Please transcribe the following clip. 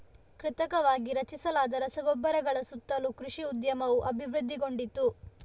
ಕೃತಕವಾಗಿ ರಚಿಸಲಾದ ರಸಗೊಬ್ಬರಗಳ ಸುತ್ತಲೂ ಕೃಷಿ ಉದ್ಯಮವು ಅಭಿವೃದ್ಧಿಗೊಂಡಿತು